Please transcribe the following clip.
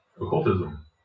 occultism